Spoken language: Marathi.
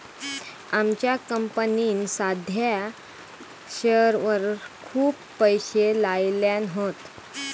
आमच्या कंपनीन साध्या शेअरवर खूप पैशे लायल्यान हत